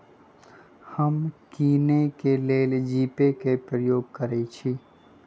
हम किने के लेल जीपे कें प्रयोग करइ छी